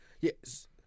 Yes